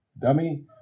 Dummy